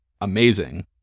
amazing